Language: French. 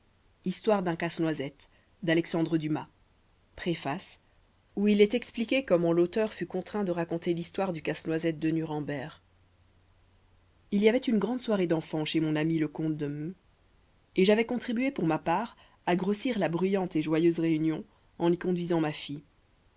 conclusion où il est expliqué comment l'auteur fut contraint de raconter l'histoire du casse-noisette de nuremberg il y avait une grande soirée d'enfants chez mon ami le comte de m et j'avais contribué pour ma part à grossir la bruyante et joyeuse réunion en y conduisant ma fille